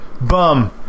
Bum